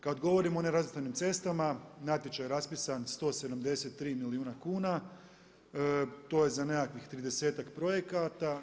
Kada govorimo o nerazvrstanim cestama, natječaj je raspisan 173 milijuna kuna, to je za nekakvih 30-ak projekata.